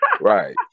Right